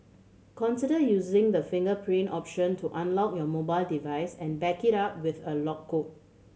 consider using the fingerprint option to unlock your mobile device and back it up with a lock code